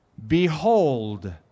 Behold